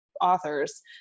authors